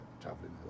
Traveling